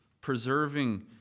preserving